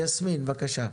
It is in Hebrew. יסמין, בבקשה.